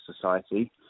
Society